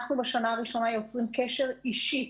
בשנה הראשונה אנחנו יוצרים קשר אישי